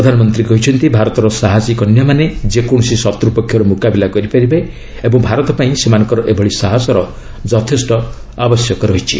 ପ୍ରଧାନମନ୍ତ୍ରୀ କହିଛନ୍ତି ଭାରତର ସାହସି କନ୍ୟାମାନେ ଯେକୌଣସି ଶତ୍ର ପକ୍ଷର ମୁକାବିଲା କରିପାରିବେ ଓ ଭାରତ ପାଇଁ ସେମାନଙ୍କର ଏଭଳି ସାହସର ଆବଶ୍ୟକତା ରହିଛି